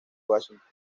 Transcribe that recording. washington